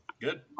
Good